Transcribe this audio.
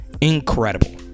incredible